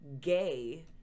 gay